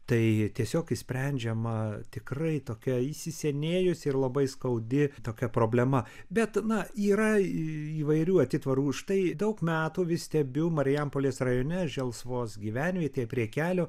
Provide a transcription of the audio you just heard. tai tiesiog išsprendžiama tikrai tokia įsisenėjusi ir labai skaudi tokia problema bet na yra įvairių atitvarų užtai daug metų vis stebiu marijampolės rajone želsvos gyvenvietėje prie kelio